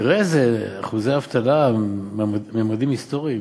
תראה איזה אחוזי אבטלה בממדים היסטוריים,